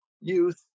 youth